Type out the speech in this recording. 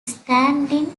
standing